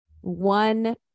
one